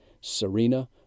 Serena